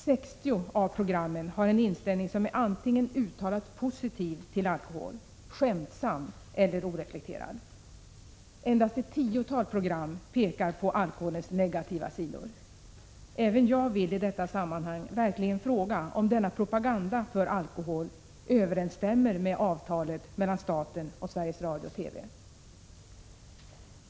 60 av programmen har en inställning som är antingen uttalat positiv till alkohol, skämtsam eller oreflekterad. Endast ett tiotal pekar på alkoholens negativa sidor. Även jag vill i detta sammanhang verkligen fråga om denna propaganda för alkohol överensstämmer med avtalet mellan staten och Sveriges Radio/TV.